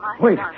Wait